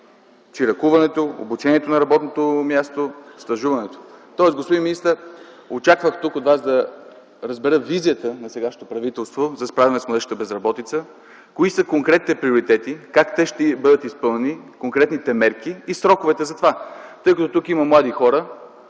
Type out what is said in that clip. чиракуването, обучението на работното място и стажуването. Господин министър, очаквах тук от Вас да разбера визията на сегашното правителство за справяне с младежката безработица, кои са конкретните приоритети, как те ще бъдат изпълнени, конкретните мерки и сроковете за това. Тъй като тук има млади хора,